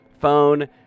phone